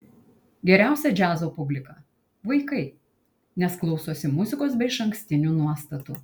geriausia džiazo publika vaikai nes klausosi muzikos be išankstinių nuostatų